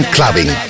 Clubbing